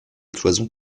cloisons